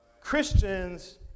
Christians